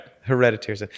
hereditary